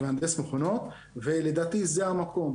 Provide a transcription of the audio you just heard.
כמהנדס מכונות ולדעתי זה המקום.